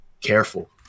Careful